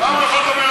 זכותו.